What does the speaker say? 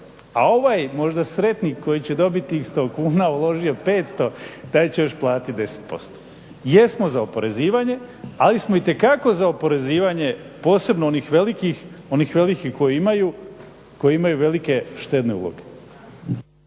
a ovaj možda sretnik koji će dobiti tih 100 kuna uložio 500 taj će još platiti 10%. Jesmo za oporezivanje, ali smo itekako za oporezivanje posebno onih velikih koji imaju, koji imaju velike štedne uloge.